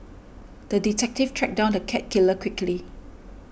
the detective tracked down the cat killer quickly